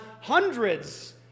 hundreds